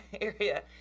area